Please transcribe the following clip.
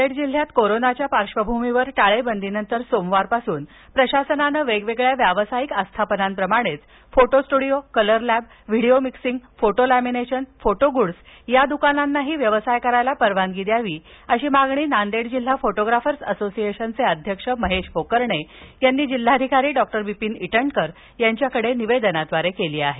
नांदेड जिल्ह्यात कोरोनाच्या पार्श्वभूमीवर टाळेबंदीनंतर सोमवार पासून प्रशासनानं वेगवेगळ्या व्यावसायिक आस्थापनांप्रमाणेच photo studio colour lab video mixing photo lamination photo goods या दुकानांना ही व्यवसाय करण्यास परवानगी द्यावी अशी मागणी नांदेड जिल्हा फ़ोटोग्राफर्स असोसिएशनचे अध्यक्ष महेश होकर्णे यांनी जिल्हाधिकारी डॉ विपीन इटनकर यांच्याकडे निवेदनाद्वारे केली आहे